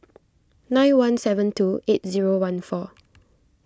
nine one seven two eight zero one four